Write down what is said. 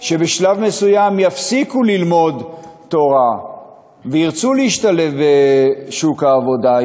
שבשלב מסוים יפסיקו ללמוד תורה וירצו להשתלב בשוק העבודה,